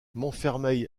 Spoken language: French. montfermeil